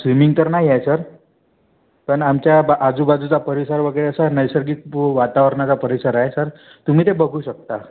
swimming तर नाही आहे सर पण आमच्या बा आजूबाजूचा परिसर वगैरे असा नैसर्गिक व वातावरणाचा परिसर आहे सर तुम्ही ते बघू शकता